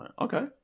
okay